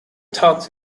talks